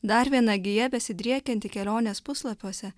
dar viena gija besidriekianti kelionės puslapiuose